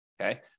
okay